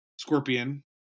scorpion